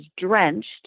drenched